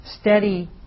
steady